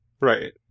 Right